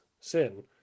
sin